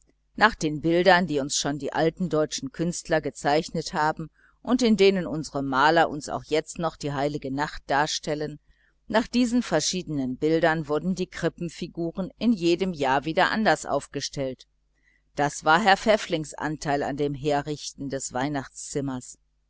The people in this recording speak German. nach den bildern die uns schon die alten deutschen künstler gezeichnet haben und in denen unsere maler uns auch jetzt noch die heilige nacht darstellen nach diesen verschiedenen bildern wurden die krippenfiguren in jedem jahr wieder anders aufgestellt das war herrn pfäfflings anteil an dem herrichten des weihnachtszimmers